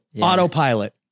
autopilot